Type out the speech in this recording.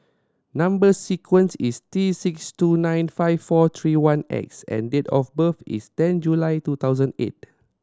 number sequence is T six two nine five four three one X and date of birth is ten July two thousand eight